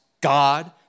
God